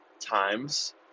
times